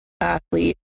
athlete